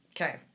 Okay